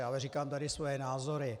Ale říkám tady svoje názory.